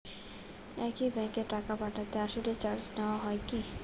একই ব্যাংকে টাকা পাঠাতে চাইলে চার্জ নেওয়া হয় কি?